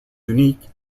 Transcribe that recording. unique